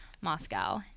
Moscow